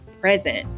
present